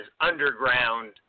underground